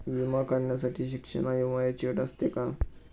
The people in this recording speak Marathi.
विमा काढण्यासाठी शिक्षण आणि वयाची अट असते का?